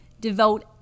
Devote